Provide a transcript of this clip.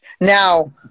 now